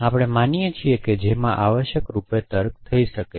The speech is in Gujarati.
આપણે માનીએ છીએ કે જેમાં આવશ્યકરૂપે તર્ક થઈ શકાય છે